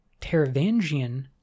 Teravangian